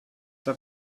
der